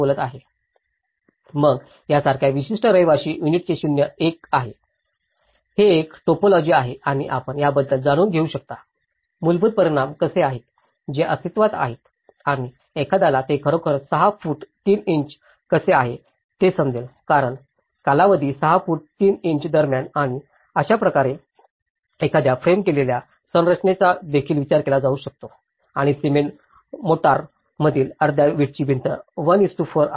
मग यासारख्या विशिष्ट रहिवासी युनिटचे शून्य एक आहे हे एक टायपोलॉजी आहे आणि आपण आपल्याबद्दल जाणून घेऊ शकता मूलभूत परिमाण कसे आहेत जे अस्तित्त्वात आहेत आणि एखाद्याला ते खरोखर 6 फूट 3 इंच कसे आहे हे समजेल कारण कालावधी 6 फूट 3 इंच दरम्यान आणि अशाच प्रकारे एखाद्या फ्रेम केलेल्या संरचनेचा देखील विचार केला जाऊ शकतो आणि सिमेंट मोर्टार मधील अर्ध्या वीटची भिंत 1 4 आहे